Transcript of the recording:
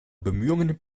bemühungen